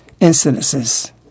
incidences